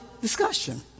discussion